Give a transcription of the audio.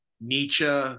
Nietzsche